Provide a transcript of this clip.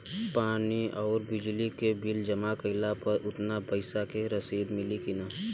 पानी आउरबिजली के बिल जमा कईला पर उतना पईसा के रसिद मिली की न?